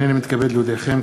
הנני מתכבד להודיעכם,